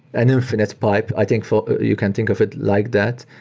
an infinite pipe, i think for you can think of it like that,